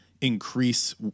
increase